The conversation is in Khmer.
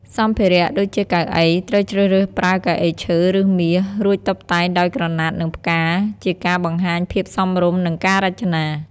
សម្ភារៈដូចជាកៅអី ត្រូវជ្រើសរើសប្រើកៅអីឈើ ឬមាស រួមតុបតែងដោយក្រណាត់ និងផ្កា ជាការបង្ហាញភាពសមរម្យ និងការរចនា។